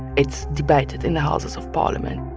it's debated in the houses of parliament,